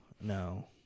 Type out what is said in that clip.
no